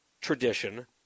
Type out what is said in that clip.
tradition